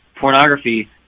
pornography